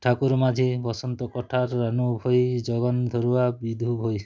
ଠାକୁର ମାଝି ବସନ୍ତ କଠାସ ରାନୁ ଭୋଇ ଜଗନ ଧୁରୁବା ବିଧୁ ଭୋଇ